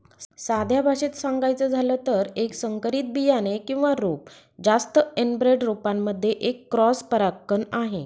साध्या भाषेत सांगायचं झालं तर, एक संकरित बियाणे किंवा रोप जास्त एनब्रेड रोपांमध्ये एक क्रॉस परागकण आहे